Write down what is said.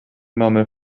mamy